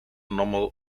normal